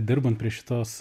dirbant prie šitos